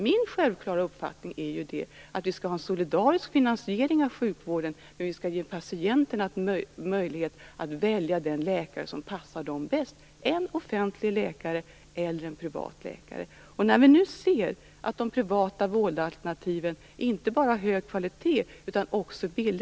Min självklara uppfattning är att vi skall ha en solidarisk finansiering av sjukvården, men att vi skall ge patienterna möjlighet att välja den läkare som passar dem bäst - en offentlig läkare eller en privat. Nu märker vi att de privata vårdalternativen inte bara har hög kvalitet utan också är billigare.